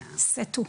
סה-טו,